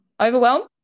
Overwhelmed